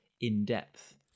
in-depth